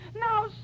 now